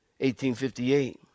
1858